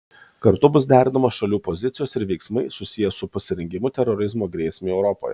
kartu bus derinamos šalių pozicijos ir veiksmai susiję su pasirengimu terorizmo grėsmei europoje